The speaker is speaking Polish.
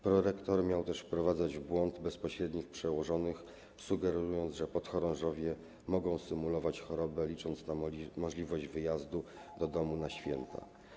Prorektor miał też wprowadzać w błąd bezpośrednich przełożonych, sugerując, że podchorążowie mogą symulować chorobę, licząc na możliwość wyjazdu do domu na święta.